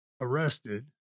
arrested